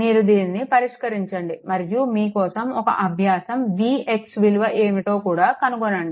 మీరు దాన్ని పరిష్కరించండి మరియు మీ కోసం ఒక అభ్యాసం Vx విలువ ఏమిటో కూడా మీరు కనుగొనండి